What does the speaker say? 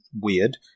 weird